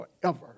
forever